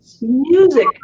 Music